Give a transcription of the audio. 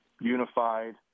unified